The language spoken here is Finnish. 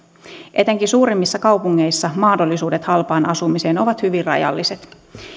etenkin suurimmissa kaupungeissa mahdollisuudet halpaan asumiseen ovat hyvin rajalliset